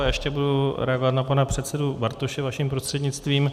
Já ještě budu reagovat na pana předsedu Bartoše vaším prostřednictvím.